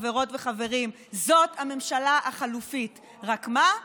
חברות וחברים, זאת הממשלה החלופית, רק מה,